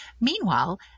Meanwhile